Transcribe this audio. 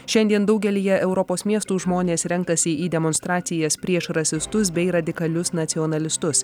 šiandien daugelyje europos miestų žmonės renkasi į demonstracijas prieš rasistus bei radikalius nacionalistus